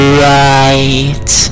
right